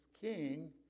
king